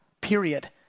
period